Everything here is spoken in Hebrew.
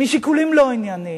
משיקולים לא ענייניים.